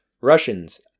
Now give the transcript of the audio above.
Russians